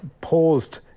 paused